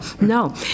no